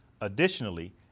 Additionally